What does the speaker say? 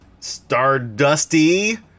Stardusty